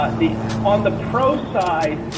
on the on the pro side.